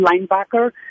linebacker